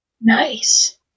Nice